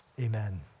Amen